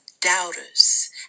doubters